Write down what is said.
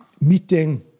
Meeting